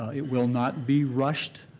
it will not be rushed.